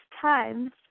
times